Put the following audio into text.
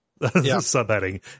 subheading